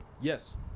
yes